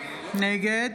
נגד